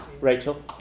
Rachel